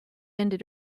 ended